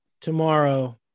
Tomorrow